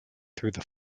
through